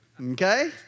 Okay